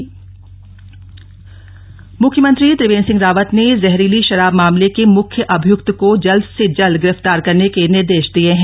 CM बैठक मुख्यमंत्री त्रिवेंद्र सिंह रावत ने जहरीली शराब मामले के मुख्य अभियुक्त को जल्द से जल्द गिरफ्तार करने के निर्देश दिये हैं